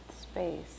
space